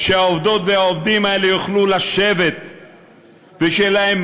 שהעובדות והעובדים האלה יוכלו לשבת ושיהיה להם